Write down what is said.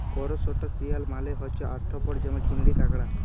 করসটাশিয়াল মালে হছে আর্থ্রপড যেমল চিংড়ি, কাঁকড়া